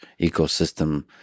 ecosystem